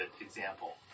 example